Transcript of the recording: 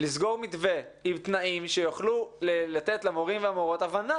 לסגור מתווה עם תנאים שיוכל לתת למורים ולמורות הבנה